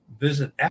visit